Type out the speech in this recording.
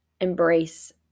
embrace